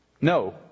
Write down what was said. No